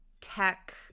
tech